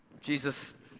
Jesus